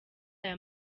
aya